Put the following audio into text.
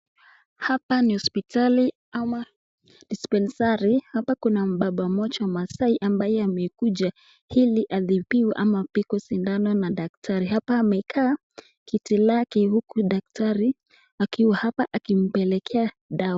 Hapa ni hosipitali ama dispesanry, hapa kuna baba moja masai ambaye amekuja ili atibiwe ama apigwe sindando na dakitari hapa amekaa kiti lake huku dakitari akiwa hapa akimpelekea dawa